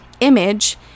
image